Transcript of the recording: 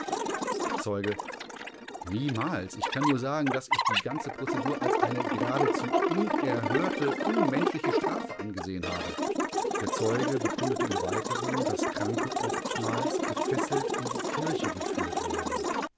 zeuge niemals ich kann nur sagen daß ich die ganze prozedur als eine geradezu unerhörte unmenschliche strafe angesehen habe der zeuge bekundete im weiteren daß kranke oftmals gefesselt in die kirche geführt wurden